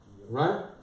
Right